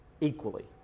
Equally